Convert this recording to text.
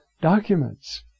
documents